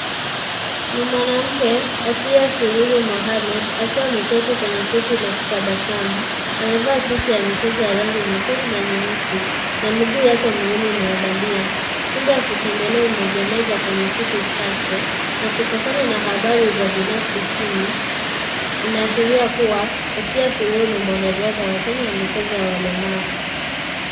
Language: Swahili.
NI mwanamke Asiya Suluhu Mohammed akiwa ameketi kwenye kiti na kutabasamu amevaa suti ya michezo ya rangi ya nyekundu na nyeusi na miguu yake miwili ni ya bandia. Viumbe vya kutembelea imeegemezw kwenye kiti chake na kutokana na habari ya binafsi chini, inaashiria kuwa Asiya Suluhu NI mwanariadha wa Kenya ya michezo ya walemavu.